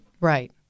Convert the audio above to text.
right